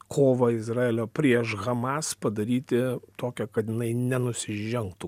kovą izraelio prieš hamas padaryti tokią kad jinai nenusižengtų